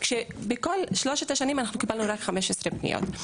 כשבכל שלוש השנים אנחנו קיבלנו רק 15 פניות.